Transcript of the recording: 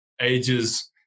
ages